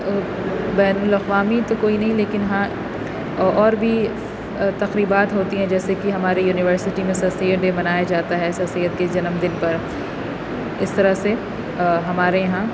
بین الاقوامی تو کوئی نہیں لیکن ہاں اور بھی تقریبات ہوتی ہیں جیسے کہ ہماری یونیورسٹی میں سر سید ڈے منایا جاتا ہے سر سید کے جنم دن پر اس طرح سے ہمارے یہاں